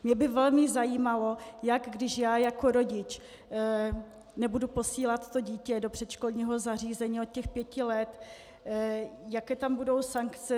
Mě by velmi zajímalo, když já jako rodič nebudu posílat dítě do předškolního zařízení od pěti let, jaké tam budou sankce.